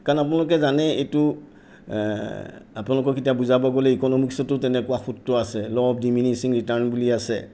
কাৰন আপোনালোকে জানে এইটো আপোনালোকক এতিয়া বুজাব গ'লে ইকনমিক্সতো তেনেকুৱা সূত্ৰ আছে ল অফ ডিমিনিছিং ৰিটাৰ্ণ বুলি আছে